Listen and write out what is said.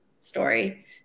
story